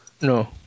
No